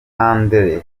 andré